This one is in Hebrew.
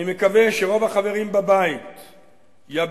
אני מקווה שרוב החברים בבית יביטו,